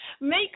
make